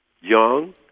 young